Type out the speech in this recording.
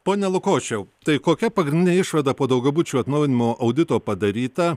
pone lukošiau tai kokia pagrindinė išvada po daugiabučių atnaujinimo audito padaryta